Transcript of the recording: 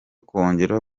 kongera